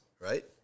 right